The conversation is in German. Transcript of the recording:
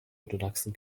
orthodoxen